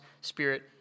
spirit